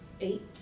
Eight